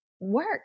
work